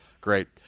Great